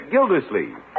Gildersleeve